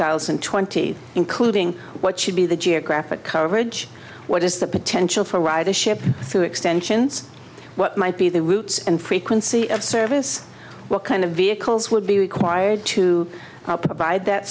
thousand and twenty including what should be the geographic coverage what is the potential for ridership through extensions what might be the routes and frequency of service what kind of vehicles would be required to provide that